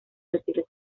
retiro